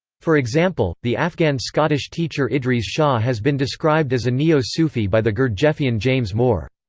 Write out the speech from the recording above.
for example, the afghan-scottish teacher idries shah has been described as a neo-sufi by the gurdjieffian james moore.